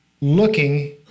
Looking